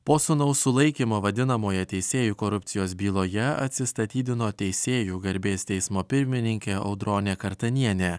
po sūnaus sulaikymo vadinamojoje teisėjų korupcijos byloje atsistatydino teisėjų garbės teismo pirmininkė audronė kartanienė